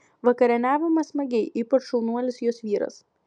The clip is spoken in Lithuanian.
vakarieniavome smagiai ypač šaunuolis jos vyras